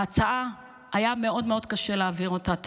ההצעה, היה מאוד מאוד קשה להעביר אותה.